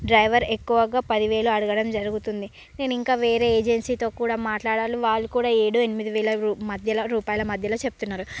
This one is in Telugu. డ్రైవర్ ఎక్కువగా పది వేలు అడగడం జరుగుతుంది నేను ఇంకా వేరే ఏజెన్సీతో కూడా మాట్లాడాను వాళ్ళు కూడా ఏడు ఎనిమిది వేల రూ మధ్యలో రూపాయల మధ్యలో చెప్తున్నారు